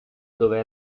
dove